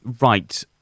Right